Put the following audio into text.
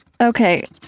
Okay